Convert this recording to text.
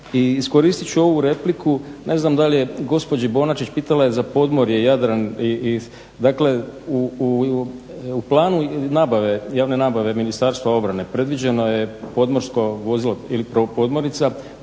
iskoristit ću ovu repliku, ne znam gospođi Bonačić, pitala je za podmorje, Jadran. Dakle, u planu javne nabave od Ministarstva obrane predviđeno je podmorsko vozilo ili podmornica